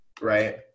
right